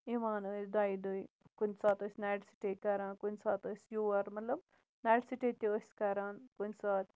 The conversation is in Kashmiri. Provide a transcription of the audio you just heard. یِوان أسۍ دوٚیہِ دۄہ کُنہِ ساتہٕ ٲسۍ نایِٹ سِٹے کران کُنہِ ساتہٕ ٲسۍ یور مطلب نایِٹ سِٹے تہٕ ٲسۍ کران کُنہِ ساتہٕ